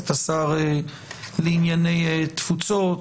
את השר לעניינו תפוצות,